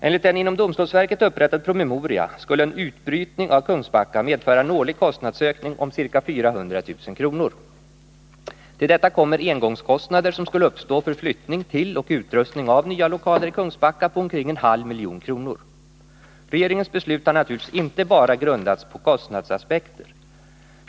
Enligt en inom domstolsverket upprättad promemoria skulle en utbrytning av Kungsbacka medföra en årlig kostnadsökning om ca 400 000 kr. Till detta kommer engångskostnader som skulle uppstå för flyttning till och utrustning av nya lokaler i Kungsbacka på omkring en halv miljon kronor. Regeringens beslut har naturligtvis inte bara grundats på kostnadsaspekter.